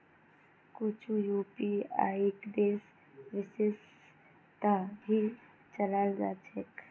कुछु यूपीआईक देश विशेषत ही चलाल जा छे